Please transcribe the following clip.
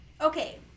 okay